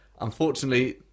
unfortunately